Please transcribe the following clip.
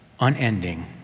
Unending